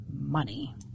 money